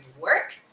work